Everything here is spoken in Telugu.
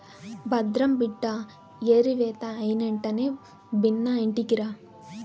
భద్రం బిడ్డా ఏరివేత అయినెంటనే బిన్నా ఇంటికిరా